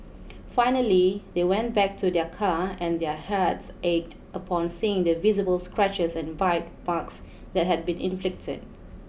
finally they went back to their car and their hearts ached upon seeing the visible scratches and bite marks that had been inflicted